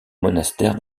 monastères